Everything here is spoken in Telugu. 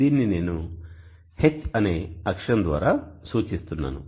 దీనిని నేను H అనే అక్షరం ద్వారా సూచిస్తున్నాను